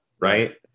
right